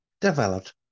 developed